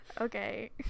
Okay